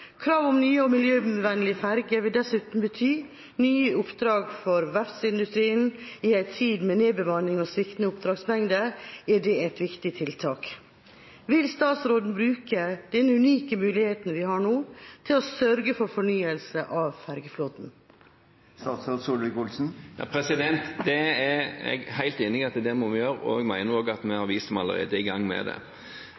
om nye og miljøvennlige ferjer vil dessuten bety nye oppdrag for verftsindustrien. I en tid med nedbemanning og sviktende oppdragsmengde er det et viktig tiltak. Vil statsråden bruke denne unike muligheten vi har nå til å sørge for fornyelse av ferjeflåten? Det er jeg helt enig i at vi må gjøre, og jeg mener også at vi